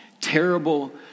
terrible